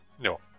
No